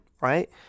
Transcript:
right